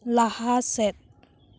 ᱞᱟᱦᱟ ᱥᱮᱫ